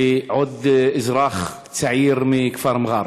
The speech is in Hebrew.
ועוד אזרח צעיר מכפר מע'אר,